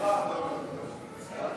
מתן שירותי